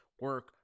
Work